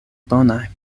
bonaj